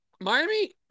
Miami